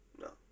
No